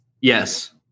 Yes